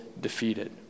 defeated